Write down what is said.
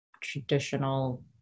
traditional